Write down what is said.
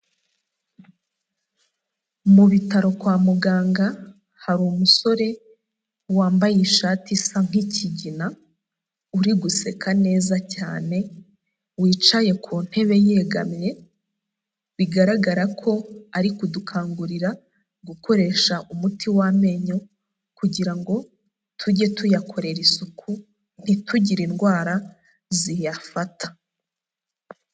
Mu bitaro kwa muganga, hari umusore wambaye ishati isa nk'ikigina, uri guseka neza cyane, wicaye ku ntebe yegamiye, bigaragara ko ari kudukangurira gukoresha umuti w'amenyo, kugira ngo tujye tuyakorera isuku ntitugire indwara ziyafata.